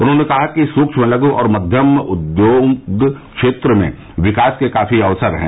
उन्होंने कहा कि सुक्ष्म लघू और मध्यम उद्यम क्षेत्र में विकास के काफी अवसर हैं